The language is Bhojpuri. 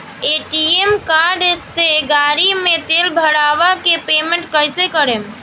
ए.टी.एम कार्ड से गाड़ी मे तेल भरवा के पेमेंट कैसे करेम?